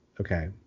Okay